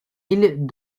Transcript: île